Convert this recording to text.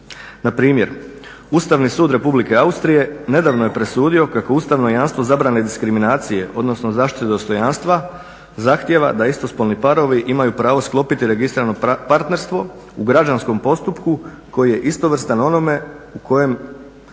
Na primjer, Ustavni sud Republike Austrije nedavno je presudio kako ustavno jamstvo zabrane diskriminacije, odnosno zaštite dostojanstva zahtijeva da istospolni parovi imaju pravo sklopiti registrirano partnerstvo u građanskom postupku koji je istovrstan onome u kojem